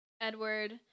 Edward